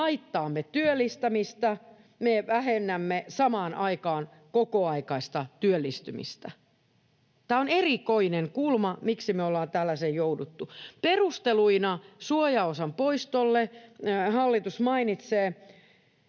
haittaamme työllistämistä, me vähennämme samaan aikaan kokoaikaista työllistymistä. Tämä on erikoinen kulma, miksi me ollaan tällaiseen jouduttu. Perusteluina suojaosan poistolle hallitus mainitsee